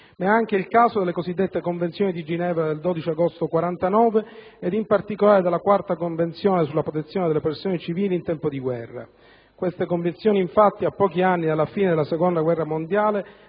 ma è anche il caso delle cosiddette Convenzioni di Ginevra del 12 agosto 1949 e, in particolare, della IV Convenzione sulla protezione delle persone civili in tempo di guerra. Queste Convenzioni, infatti, a pochi anni dalla fine della seconda guerra mondiale